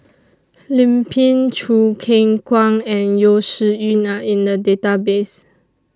Lim Pin Choo Keng Kwang and Yeo Shih Yun Are in The Database